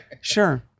Sure